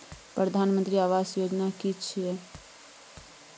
प्रधानमंत्री आवास योजना कि छिए?